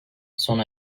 sona